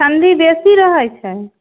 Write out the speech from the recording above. ठण्डी बेसी रहे छै